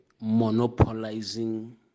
monopolizing